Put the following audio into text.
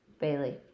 Bailey